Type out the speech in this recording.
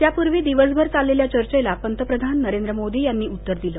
त्यापूर्वी दिवसभर चाललेल्या चर्चेला पंतप्रधान नरेंद्र मोदी यांनी उत्तर दिलं